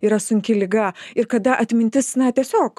yra sunki liga ir kada atmintis na tiesiog